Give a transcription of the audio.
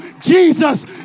Jesus